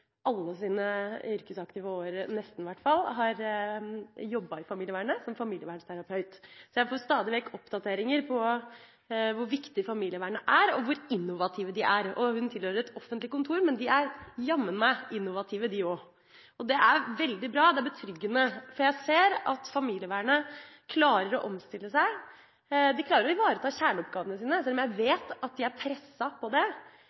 alle sine yrkesaktive år – i hvert fall nesten – har jobbet i familievernet, som familievernterapeut. Så jeg får stadig vekk oppdateringer på hvor viktig familievernet er, og hvor innovative de er. Hun tilhører et offentlig kontor, men de er jammen innovative der også. Det er veldig bra og betryggende, for jeg ser at familievernet klarer å omstille seg. De klarer å ivareta kjerneoppgavene sine, selv om jeg vet at de er presset på det,